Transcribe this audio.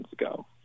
ago